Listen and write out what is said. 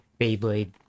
Beyblade